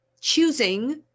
choosing